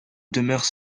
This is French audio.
demeurent